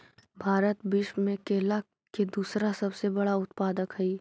भारत विश्व में केला के दूसरा सबसे बड़ा उत्पादक हई